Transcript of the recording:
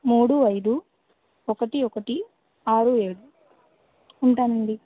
మూడు ఐదు ఒకటి ఒకటి ఆరు ఏడు ఉంటానండి